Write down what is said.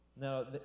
Now